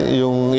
yung